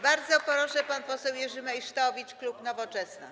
Bardzo proszę, pan poseł Jerzy Meysztowicz, klub Nowoczesna.